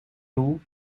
nous